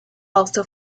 also